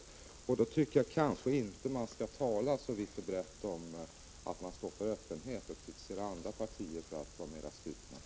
I ett sådant läge tycker jag inte att man skall tala så vitt och brett om att man står för öppenhet och kritisera andra partier för att de skulle vara mera slutna.